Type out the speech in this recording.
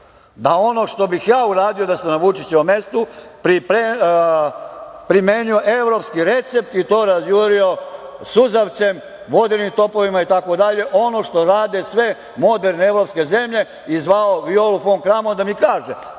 da ono što bih ja uradio da sam na Vučićevom mestu, primenio bih evropski recept i to razjurio suzavcem, vodenim topovima i tako dalje, ono što rade sve moderne evropske zemlje i zvao Violu fon Kramon da mi kaže